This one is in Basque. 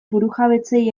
burujabetzei